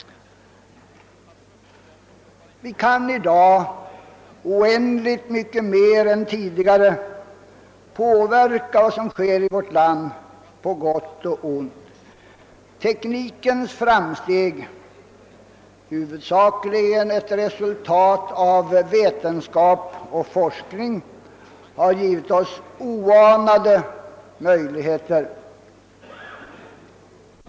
Vi kan i dag oändligt mycket mer än tidigare påverka vad som sker i vårt land på gott och ont. Teknikens framsteg — huvudsakligen ett resultat av vetenskap och forskning — har givit oss oanade möjligheter.